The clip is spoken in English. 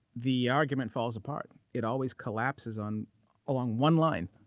the argument falls apart. it always collapses on along one line.